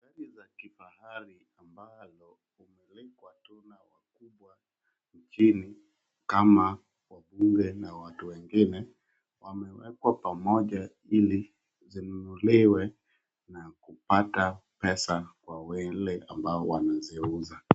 Gari za kifahari ambalo umilikwa tu na wakubwa nchini kama wabunge na watu wengine wamewekwa pamoja ili zinunuliwe na kupata pesa kwa wale ambao wanaziuza.